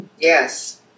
Yes